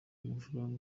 amafaranga